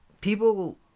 People